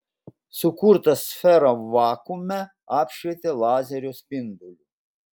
sukurtą sferą vakuume apšvietė lazerio spinduliu